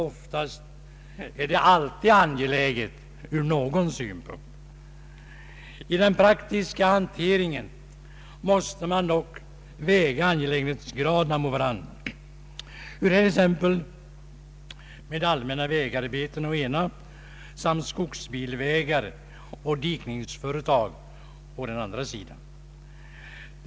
Oftast är det angeläget från någon synpunkt. I den praktiska hanteringen måste man dock väga angelägenhetsgraderna mot varandra: hur är det t.ex. med allmänna vägarbeten å ena sidan samt skogsbilvägar och dikningsföretag å andra sidan?